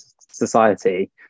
society